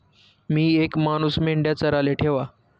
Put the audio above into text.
मी येक मानूस मेंढया चाराले ठेवा